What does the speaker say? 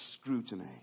scrutiny